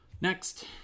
Next